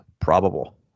probable